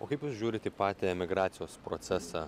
o kaip jūs žiūrit į patį emigracijos procesą